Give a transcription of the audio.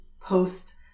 post